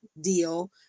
deal